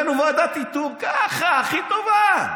הבאנו ועדת איתור, ככה, הכי טובה.